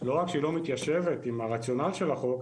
לא רק שהיא לא מתיישבת עם הרציונל של החוק,